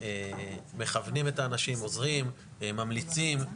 ומכוונים את האנשים, עוזרים, ממליצים.